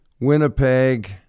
Winnipeg